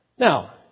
Now